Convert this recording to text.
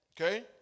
Okay